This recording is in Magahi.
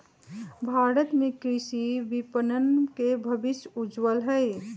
भारत में कृषि विपणन के भविष्य उज्ज्वल हई